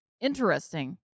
Interesting